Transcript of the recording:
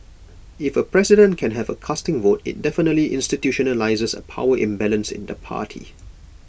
if A president can have A casting vote IT definitely institutionalises A power imbalance in the party